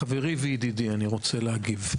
אני רוצה להגיד לחברי וידידי,